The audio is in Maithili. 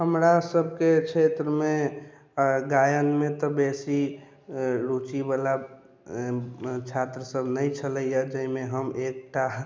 हमरा सभके क्षेत्रमे गायनमे तऽ बेसी रुचि बाला छात्र सभ नहि छलैया जाहिमे हम एकटा